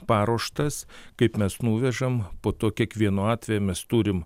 paruoštas kaip mes nuvežam po to kiekvienu atveju mes turim